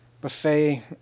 buffet